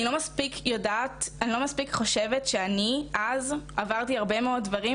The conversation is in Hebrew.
אני לא מספיק חושבת שאני אז עברתי הרבה מאוד דברים,